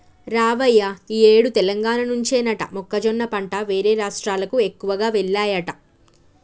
రావయ్య ఈ ఏడు తెలంగాణ నుంచేనట మొక్కజొన్న పంట వేరే రాష్ట్రాలకు ఎక్కువగా వెల్లాయట